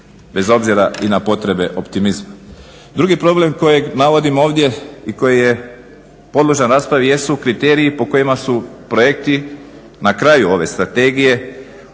bez obzira i na potrebe optimizma. Drugi problem kojeg navodim ovdje i koje je podložan raspravi jesu kriteriji po kojima su projekti na kraju ove strategije